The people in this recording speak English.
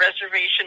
reservation